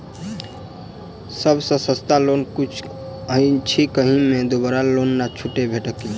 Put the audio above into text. सब सँ सस्ता लोन कुन अछि अहि मे दोसर लोन सँ छुटो भेटत की?